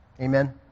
Amen